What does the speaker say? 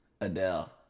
Adele